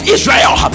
Israel